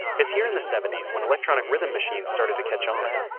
it's here in the seventy s when electronic rhythm machines started to catch on.